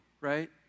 right